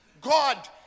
God